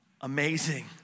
amazing